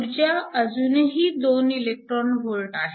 ऊर्जा अजूनही 2eV आहे